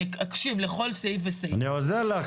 אני אקשיב לכל סעיף וסעיף --- אני עוזר לך